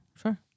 sure